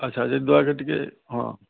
ଆଚ୍ଛା ଆଚ୍ଛା ଦୟାକରି ଟିକିଏ ହଁ